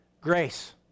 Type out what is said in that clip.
Grace